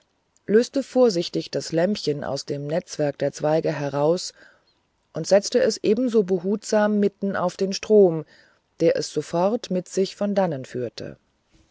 löste vorsichtig das lämpchen aus dem netzwerk der zweige heraus und setzte es ebenso behutsam mitten auf den strom der es sofort mit sich von dannen führte